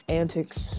antics